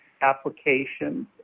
applications